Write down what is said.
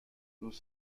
nous